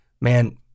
man